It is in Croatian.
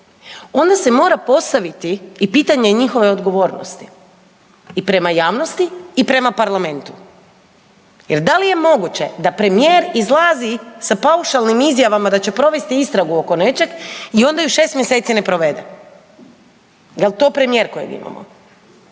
onda se mora postaviti i pitanje njihove odgovornosti i prema javnosti i prema parlamentu. Jer da li je moguće da premijer izlazi sa paušalnim izjavama da će provesti istragu oko nečeg i onda ju 6 mjeseci ne provede. Jel to premijer kojeg imamo?